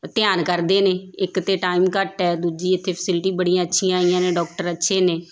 ਧਿਆਨ ਕਰਦੇ ਨੇ ਇੱਕ ਤਾਂ ਟਾਈਮ ਘੱਟ ਹੈ ਦੂਜੀ ਇੱਥੇ ਫੈਸਿਲਿਟੀ ਬੜੀਆਂ ਅੱਛੀਆਂ ਆਈਆਂ ਨੇ ਡਾਕਟਰ ਅੱਛੇ ਨੇ